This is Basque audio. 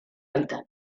baitan